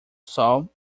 sol